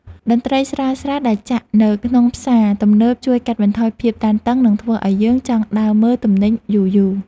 តន្ត្រីស្រាលៗដែលចាក់នៅក្នុងផ្សារទំនើបជួយកាត់បន្ថយភាពតានតឹងនិងធ្វើឱ្យយើងចង់ដើរមើលទំនិញយូរៗ។